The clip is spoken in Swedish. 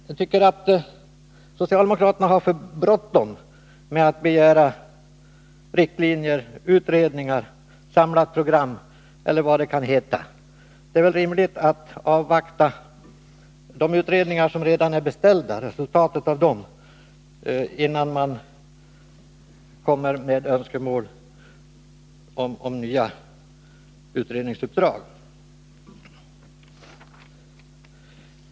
Jag tycker att socialdemokraterna har för bråttom när de begär riktlinjer, utredningar, ett samlat program eller vad det kan heta. Det är rimligt att avvakta resultatet av de utredningar som redan är beställda, innan man kommer med önskemål om nya utredningsuppdrag.